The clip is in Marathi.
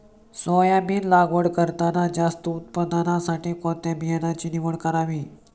सोयाबीन लागवड करताना जास्त उत्पादनासाठी कोणत्या बियाण्याची निवड करायची?